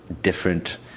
different